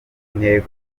afite